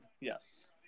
Yes